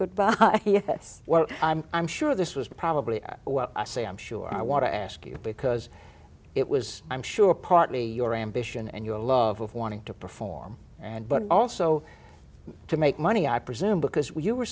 goodbye yes well i'm sure this was probably what i say i'm sure i want to ask you because it was i'm sure partly your ambition and your love of wanting to perform and but also to make money i presume because you were